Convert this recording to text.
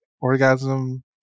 orgasm